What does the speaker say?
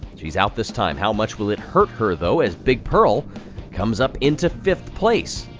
she's out this time. how much will it hurt her, though, as big pearl comes up into fifth place.